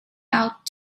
out